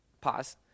pause